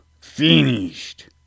finished